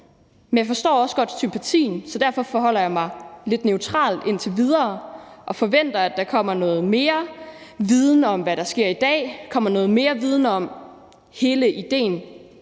Men jeg forstår også godt sympatien, så derfor forholder jeg mig lidt neutralt indtil videre og forventer, at der kommer noget mere viden om, hvad der sker i dag, og kommer noget mere viden om hele idéen